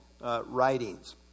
writings